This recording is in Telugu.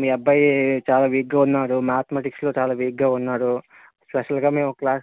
మీ అబ్బాయి చాలా వీక్గా ఉన్నాడు మ్యాథ్మెటిక్స్లో చాలా వీక్గా ఉన్నాడు స్పెషల్గా మేము క్లాస్